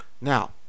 now